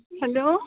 hello